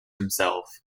himself